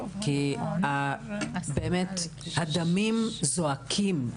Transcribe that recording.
כי באמת הדמים זועקים.